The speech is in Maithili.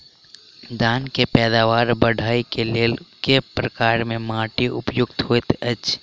धान केँ पैदावार बढ़बई केँ लेल केँ प्रकार केँ माटि उपयुक्त होइत अछि?